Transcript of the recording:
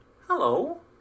hello